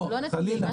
לא, חלילה.